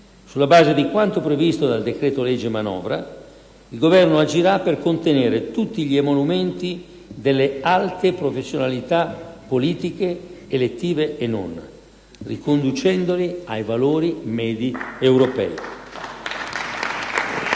Sulla base di quanto previsto dal decreto-legge manovra, il Governo agirà per contenere tutti gli emolumenti delle alte professionalità pubbliche, elettive e non, riconducendole ai valori medi europei.